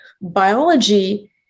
biology